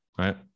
right